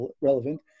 relevant